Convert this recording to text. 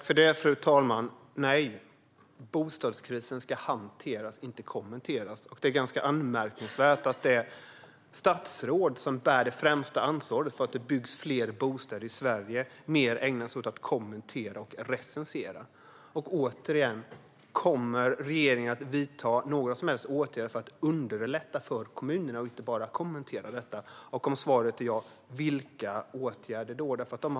Fru talman! Bostadskrisen ska hanteras, inte kommenteras. Det är ganska anmärkningsvärt att det statsråd som bär det främsta ansvaret för att det byggs fler bostäder i Sverige ägnar sig mer åt att kommentera och recensera. Jag vill återigen fråga om regeringen kommer att vidta några som helst åtgärder för att underlätta för kommunerna och inte bara kommentera detta. Om svaret är ja: Vilka åtgärder kommer regeringen att vidta?